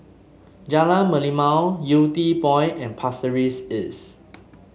Jalan Merlimau Yew Tee Point and Pasir Ris East